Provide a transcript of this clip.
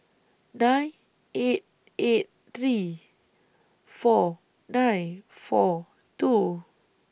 nine eight eight three four nine four two